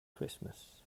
christmas